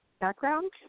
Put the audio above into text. background